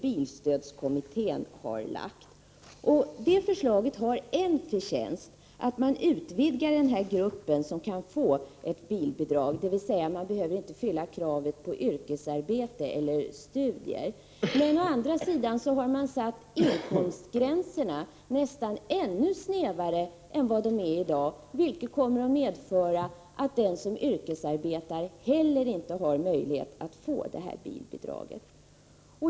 Bilstödskommitténs förslag har en förtjänst: man utvidgar den grupp som kan få bilbidrag, dvs. man tar bort kravet på yrkesarbete eller studier. Men å andra sidan har man satt inkomstgränserna nästan ännu snävare än i dag, vilket kommer att medföra att den som yrkesarbetar inte kommer att ha möjlighet att få detta bilbidrag.